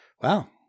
Wow